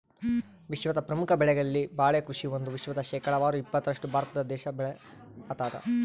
ವಿಶ್ವದ ಪ್ರಮುಖ ಬೆಳೆಗಳಲ್ಲಿ ಬಾಳೆ ಕೃಷಿ ಒಂದು ವಿಶ್ವದ ಶೇಕಡಾವಾರು ಇಪ್ಪತ್ತರಷ್ಟು ಭಾರತ ದೇಶ ಬೆಳತಾದ